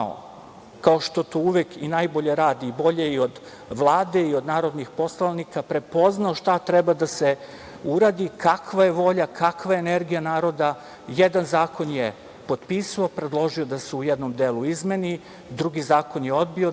kao što to uvek najbolje radi, bolje i od Vlade i od narodnih poslanika. Prepoznao šta treba da se uradi, kakva je volja, kakva je energija naroda. Jedan zakon je potpisao, predložio da se u jednom delu izmeni, drugi zakon je odbio da